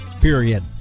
period